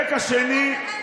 החזרתם כבר את המענקים?